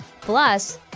Plus